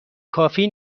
کافی